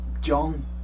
John